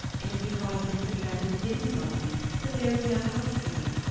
it is because vincent rendle didn't love me that there is no hope for you.